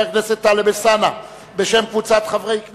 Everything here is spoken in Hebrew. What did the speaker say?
הכנסת טלב אלסאנע בשם קבוצת חברי הכנסת.